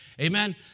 amen